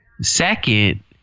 Second